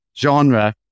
genre